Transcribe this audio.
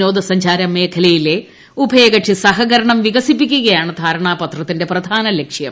വിനോദ സഞ്ചാരമേഖലയിലെ ഉഭയകക്ഷി സഹകരണം വികസിപ്പിക്കുകയാണ് ധാരണാപത്രത്തിന്റെ പ്രധാന ലക്ഷ്യം